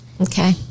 Okay